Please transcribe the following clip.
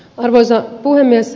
arvoisa puhemies